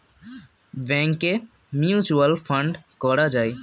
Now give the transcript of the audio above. ব্যাংকে mutual fund করা যায়